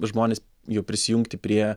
žmones jau prisijungti prie